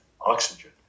oxygen